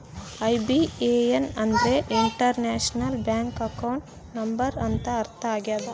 IBAN ಅಂದ್ರೆ international bank account number ಅಂತ ಅರ್ಥ ಆಗ್ಯದ